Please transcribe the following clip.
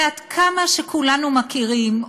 ועד כמה שכולנו מכירים,